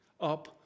up